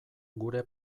gure